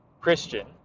christian